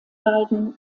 beiden